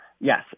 Yes